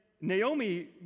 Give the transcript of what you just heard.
Naomi